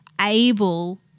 able